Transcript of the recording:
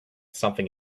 something